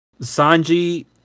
Sanji